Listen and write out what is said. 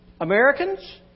Americans